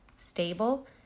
Stable